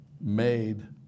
made